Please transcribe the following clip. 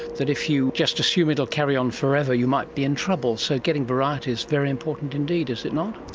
that if you just assume it will carry on forever you might be in trouble, so getting variety is very important indeed, is it not?